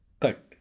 cut